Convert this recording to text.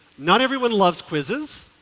not everyone loves quizzes,